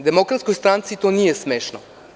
Demokratskoj stranci to nije smešno.